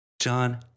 John